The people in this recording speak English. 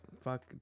fuck